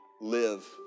live